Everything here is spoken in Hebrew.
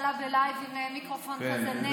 הוא עלה בלייב עם מיקרופון כזה.